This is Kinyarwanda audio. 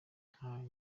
nkaka